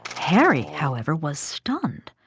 harry, however, was stunned.